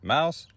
Mouse